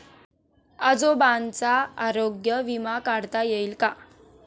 आजोबांचा आरोग्य विमा काढता येईल का?